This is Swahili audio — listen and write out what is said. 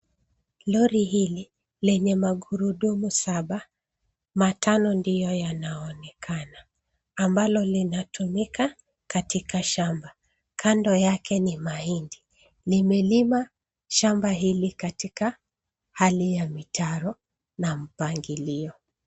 Lori hili lenye magurudumu saba, matano ndiyo yanayoonekana ambalo linatumika katika shamba. Kando yake ni mahindi. Limelima shamba hili katika hali ya mitaro na mpangilio.